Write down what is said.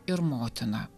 ir motina